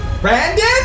Brandon